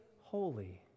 holy